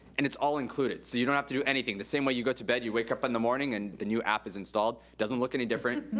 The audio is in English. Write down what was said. and it's all included, so you don't have to do anything. the same way you go to bed, you wake up in the morning and the new app is installed. doesn't look any different,